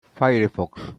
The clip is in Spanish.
firefox